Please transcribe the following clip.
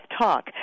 talk